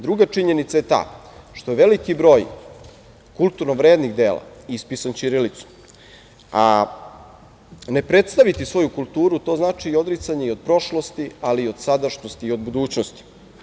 Druga činjenica je ta što je veliki broj kulturno vrednih dela ispisan ćirilicom, a ne predstaviti svoju kulturu to znači i odricanje od prošlosti, ali i od sadašnjosti i budućnosti.